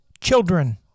children